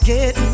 Get